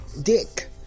dick